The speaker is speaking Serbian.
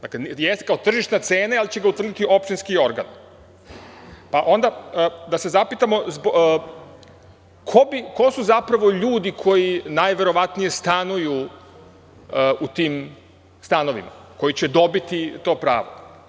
Dakle, jeste kao tržišna cena, ali će ga utvrditi opštinski organ, pa onda da se zapitamo – ko su zapravo ljudi koji najverovatnije stanuju u tim stanovima koji će dobiti to pravo?